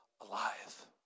alive